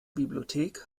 bibliothek